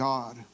God